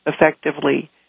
effectively